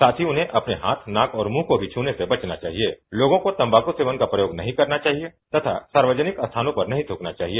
साथ ही उन्हें अपने नाक और मुंह को भी छुने से बचना चाहिए लोगों को तम्बाकू सेवन का प्रयोग नहीं करना चाहिए तथा सार्वजनिक स्थानों पर नहीं थूकना चाहिए